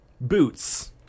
boots